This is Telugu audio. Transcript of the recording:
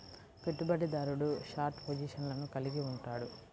పెట్టుబడిదారుడు షార్ట్ పొజిషన్లను కలిగి ఉంటాడు